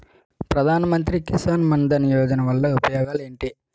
ప్రధాన మంత్రి కిసాన్ మన్ ధన్ యోజన వల్ల ఉపయోగాలు ఏంటి?